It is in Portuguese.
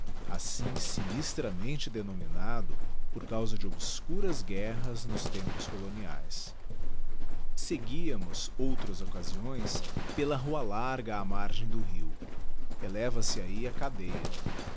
assim sinistramente denominado por causa de obscuras guerras nos tempos coloniaes seguíamos outras occasiões pela rua larga á margem do rio eleva se ahi a cadêa